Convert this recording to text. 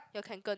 your kanken